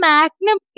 Magnum